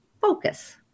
focus